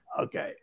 Okay